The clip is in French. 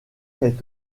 est